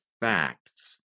facts